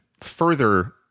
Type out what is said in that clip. further